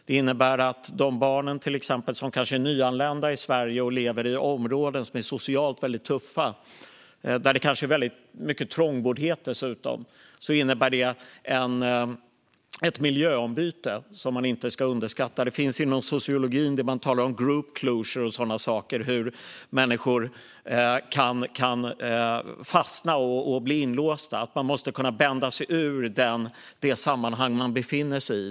Det innebär ett miljöombyte, som man inte ska underskatta, för till exempel de barn som är nyanlända i Sverige och som lever i socialt väldigt tuffa områden. Det är kanske dessutom mycket trångboddhet. Inom sociologin talar man om group closure, om hur människor kan fastna och bli inlåsta och om att man måste kunna bända sig ur det sammanhang som man befinner sig i.